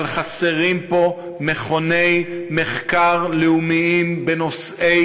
אבל חסרים פה מכוני מחקר לאומיים בנושאי